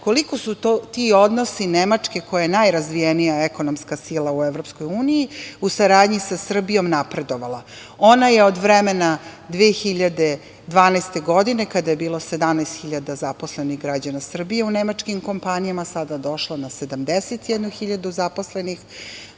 koliko su ti odnosi Nemačke koja je najrazvijenija ekonomska sila u Evropskoj uniji, u saradnji sa Srbijom napredovala. Ona je od vremena 2012. godine kada je bilo 17.000 zaposlenih građana Srbije u nemačkim kompanijama, sada došla na 71.000 zaposlenih,